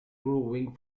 growing